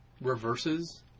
reverses